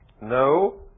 No